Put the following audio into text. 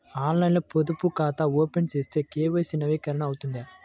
ఆన్లైన్లో పొదుపు ఖాతా ఓపెన్ చేస్తే కే.వై.సి నవీకరణ అవుతుందా?